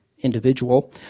Individual